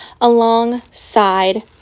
alongside